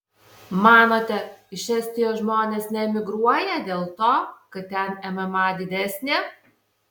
manote iš estijos žmonės neemigruoja dėl to kad ten mma didesnė